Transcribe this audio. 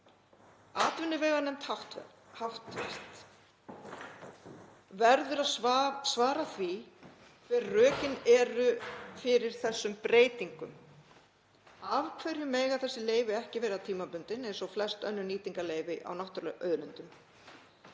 atvinnuveganefnd verður að svara því hver rökin eru fyrir þessum breytingum. Af hverju mega þessi leyfi ekki vera tímabundin eins og flest önnur nýtingarleyfi á náttúruauðlindum?